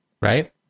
right